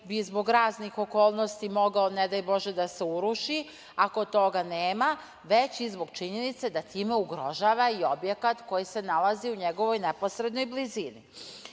bi zbog raznih okolnosti mogao, ne daj Bože, da se uruši, ako toga nema, već i zbog činjenice da time ugrožava i objekat koji se nalazi u njegovoj neposrednoj blizini. Ja